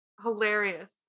hilarious